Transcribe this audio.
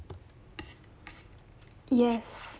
yes